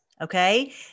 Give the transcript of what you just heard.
Okay